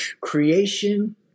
Creation